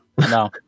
No